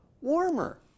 warmer